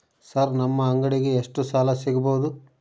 Sir ನಮ್ಮ ಅಂಗಡಿಗೆ ಎಷ್ಟು ಸಾಲ ಸಿಗಬಹುದು?